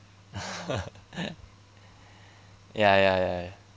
ya ya ya